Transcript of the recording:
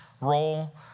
role